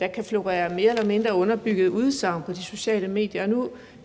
der kan florerer mere eller mindre underbyggede udsagn på de sociale medier.